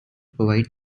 provide